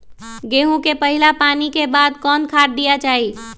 गेंहू में पहिला पानी के बाद कौन खाद दिया के चाही?